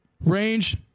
range